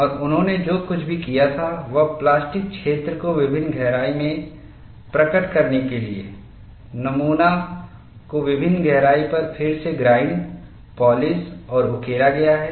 और उन्होंने जो कुछ भी किया था वह प्लास्टिक क्षेत्र को विभिन्न गहराई में प्रकट करने के लिए नमूना को विभिन्न गहराई पर फिर से ग्राइंड पॉलिश और उकेरा गया है